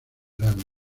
verano